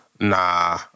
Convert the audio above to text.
nah